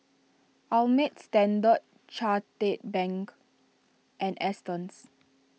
Ameltz Standard Chartered Bank and Astons